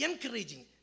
encouraging